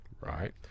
right